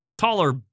Taller